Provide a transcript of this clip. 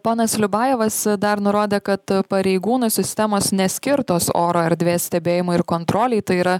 ponas liubajevas dar nurodė kad pareigūnų sistemos neskirtos oro erdvės stebėjimui ir kontrolei tai yra